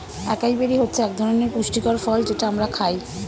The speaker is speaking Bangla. একাই বেরি হচ্ছে একধরনের পুষ্টিকর ফল যেটা আমরা খাই